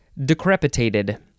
decrepitated